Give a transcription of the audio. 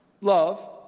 love